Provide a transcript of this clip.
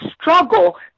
struggle